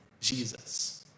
Jesus